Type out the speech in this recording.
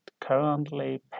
currently